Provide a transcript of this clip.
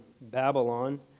Babylon